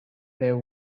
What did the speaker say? there